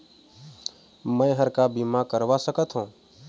मैं हर का बीमा करवा सकत हो?